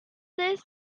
this